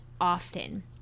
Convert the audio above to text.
often